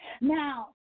Now